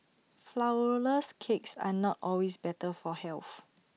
Flourless Cakes are not always better for health